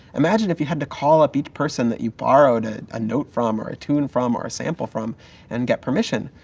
imagine if you had to call up each person you borrowed ah a note from, or a tune from, or a sample from and get permission.